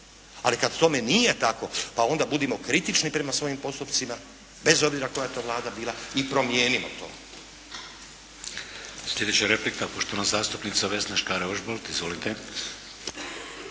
Ali kad tome nije tako, pa onda budimo kritični prema svojim postupcima bez obzira koja to Vlada bila i promijenimo to.